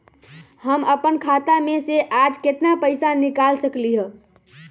हम अपन खाता में से आज केतना पैसा निकाल सकलि ह?